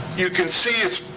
you can see it's.